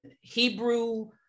Hebrew